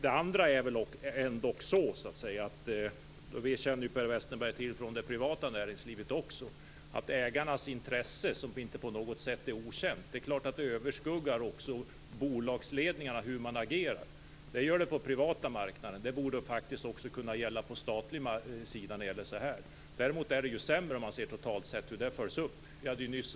En annan sak är - och det känner ju Per Westerberg till från det privata näringslivet också - att ägarnas intresse inte på något sätt är okänt. Det är klart att det överskuggar också hur bolagsledningen agerar. Det gör det på privata marknader, och det borde faktiskt kunna gälla även på den statliga sidan. Däremot är det ju sämre, om man ser totalt sett, hur det följs upp.